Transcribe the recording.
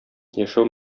яшәү